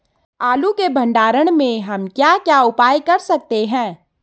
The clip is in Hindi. आलू के भंडारण में हम क्या क्या उपाय कर सकते हैं?